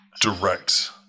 direct